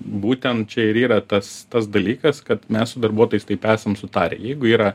būtent čia ir yra tas tas dalykas kad mes su darbuotojais taip esam sutarę jeigu yra